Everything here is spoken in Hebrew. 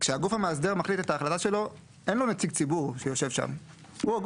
כשהגוף המאסדר מחליט את ההחלטה שלו אין לו נציג ציבור שיושב שם.